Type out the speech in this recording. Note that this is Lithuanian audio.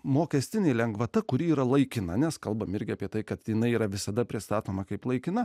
mokestinė lengvata kuri yra laikina nes kalbame irgi apie tai kad jinai yra visada pristatoma kaip laikina